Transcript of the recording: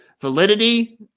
validity